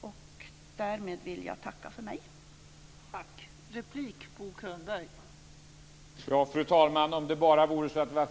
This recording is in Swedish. Jag yrkar bifall till hemställan i socialförsäkringsutskottets betänkande 6.